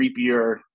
creepier